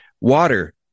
water